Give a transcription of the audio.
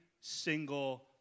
single